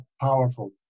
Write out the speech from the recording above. powerful